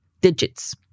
digits